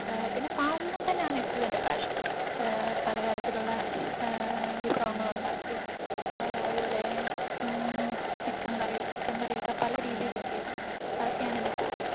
പിന്നെ പാചകം തന്നെയാണ് എപ്പോഴും എൻ്റെ പാഷൻ പല തരത്തിലുള്ള വിഭവങ്ങൾ ഉണ്ടാക്കുക അതുപോലെ ചിക്കൻകറി ചിക്കൻ കറിയൊക്കെ പല രീതിയിൽ വയ്ക്കുക അതൊക്കെയാണ് എൻ്റെ ഹോബി